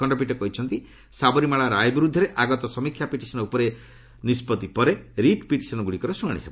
ଖଣ୍ଡପୀଠ କହିଛନ୍ତି ସାବରିମାଳା ରାୟ ବିରୁଦ୍ଧରେ ଆଗତ ସମୀକ୍ଷା ପିଟିସନ ଉପରେ ନିଷ୍କଭି ପରେ ରିଟ୍ ପିଟିସନ ଗୁଡ଼ିକର ଶୁଣାଣି ହେବ